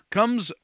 comes